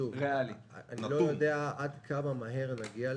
אני לא יודע עד כמה מהר נגיע לזה.